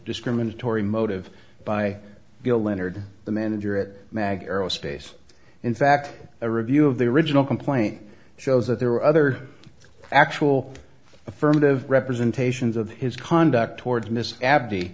discriminatory motive by bill leonard the manager at magh aerospace in fact a review of the original complaint shows that there were other actual affirmative representations of his conduct towards mr abd